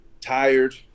tired